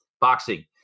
boxing